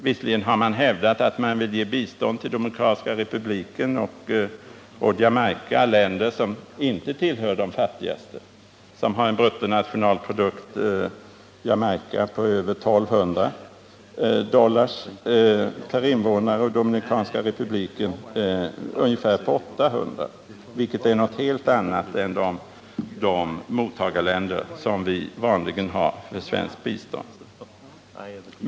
Visserligen har socialdemokraterna hävdat att man vill ge bistånd till Dominikanska republiken och Jamaica, länder som inte tillhör de fattigaste. Jamaica har en bruttonationalprodukt på över 1 200 dollar per invånare. Dominikanska republiken har en bruttonationalprodukt på ungefär 800 dollar. Det är helt andra siffror än de som gäller för de mottagarländer som vi har för svenskt bistånd.